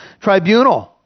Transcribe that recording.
tribunal